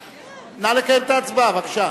נא לקיים את ההצבעה, בבקשה.